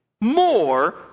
more